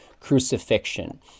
crucifixion